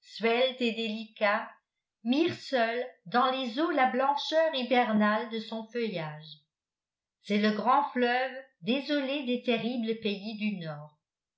délicat mire seul dans les eaux la blancheur hibernale de son feuillage c'est le grand fleuve désolé des terribles pays du nord